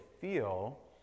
feel